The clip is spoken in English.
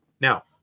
Now